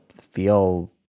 feel